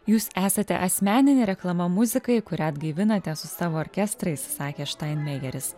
jūs esate asmeninė reklama muzikai kurią atgaivinate su savo orkestrais sakė štainmejeris